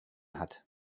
hat